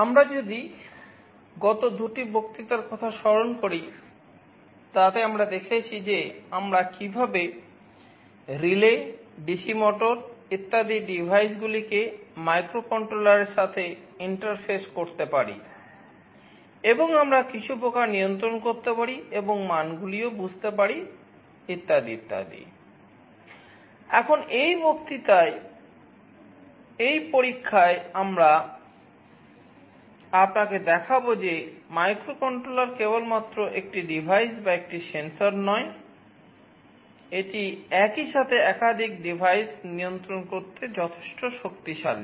আমরা যদি গত দুটি বক্তৃতার কথা স্মরণ করি তাতে আমরা দেখেছি যে আমরা কীভাবে রিলে নয় এটি একই সাথে একাধিক ডিভাইস নিয়ন্ত্রণ করতে যথেষ্ট শক্তিশালী